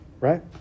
right